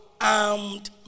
Armed